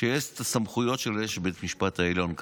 שיש לו את הסמכויות שיש לבית המשפט העליון כאן.